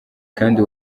kandi